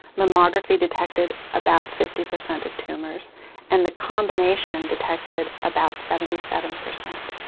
mammography detected about fifty percent of tumours and the combination detected about seventy seven percent.